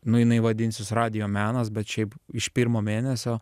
nu jinai vadinsis radijo menas bet šiaip iš pirmo mėnesio